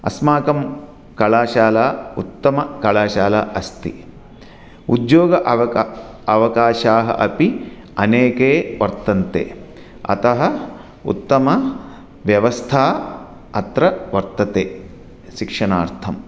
अस्माकं कलाशाला उत्तमा कलाशाला अस्ति उद्योगः अवकाशः अवकाशाः अपि अनेकाः वर्तन्ते अतः उत्तमा व्यवस्था अत्र वर्तते शिक्षणार्थम्